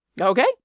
Okay